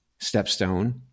StepStone